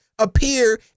appear